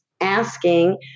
asking